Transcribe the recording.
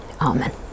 amen